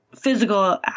physical